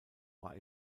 war